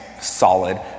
solid